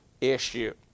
issue